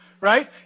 right